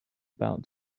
about